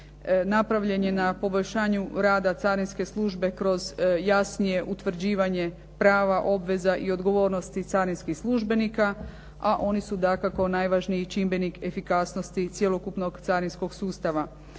Napravljen je na poboljšanju rada carinske službe kroz jasnije utvrđivanje prava, obveza i odgovornosti carinskih službenika, a oni su dakako najvažniji čimbenik efikasnosti cjelokupnog carinskog sustava.